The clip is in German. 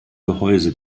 gehäuse